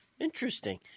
Interesting